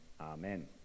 Amen